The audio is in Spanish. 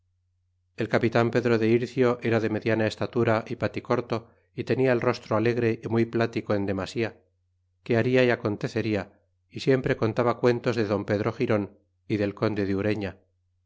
el capitan pedro de ircio era de mediana estatura y paticorto é tenia el rostro alegre y muy platico en demasía queria y acontecería y siempre contaba cuentos de don pedro giron y del conde de ureña